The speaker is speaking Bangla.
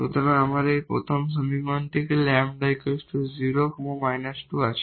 সুতরাং আমাদের এই প্রথম সমীকরণ থেকে λ 0 2 আছে